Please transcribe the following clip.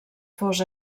fos